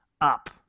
Up